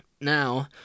Now